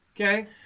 Okay